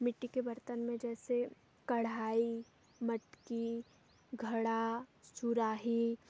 मिट्टी के बर्तन में जैसे कढ़ाई मटकी घड़ा सुराही